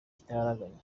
ikitaraganya